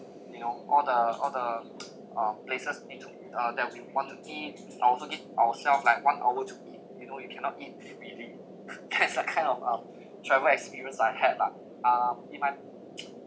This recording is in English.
you know all the all the uh places need to uh that we want to eat I also give ourselves like one hour to eat you know you cannot eat freely that's a kind of a travel experience I had lah ah it might